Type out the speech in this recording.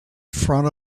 front